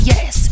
Yes